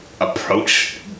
approach